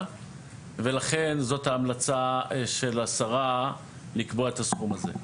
ולכן זאת ההמלצה של השרה לקבוע את הסכום הזה.